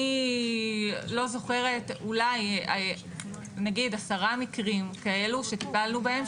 אני זוכרת אולי עשרה מקרים כאלו שטיפלנו בהם,